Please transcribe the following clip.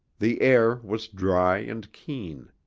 the air was dry and keen.